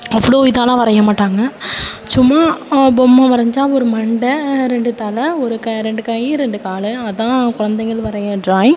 அவ்வளோ இதாகலாம் வரைய மாட்டாங்கள் சும்மா பொம்மை வரைஞ்சால் ஒரு மண்டை ரெண்டு தலை ஒரு க ரெண்டு கை ரெண்டு கால் அதுதான் குழந்தைங்கள் வரைய ட்ராயிங்